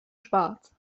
schwarz